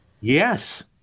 Yes